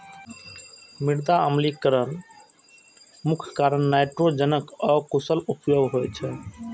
मृदा अम्लीकरणक मुख्य कारण नाइट्रोजनक अकुशल उपयोग होइ छै